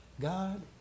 God